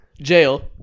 Jail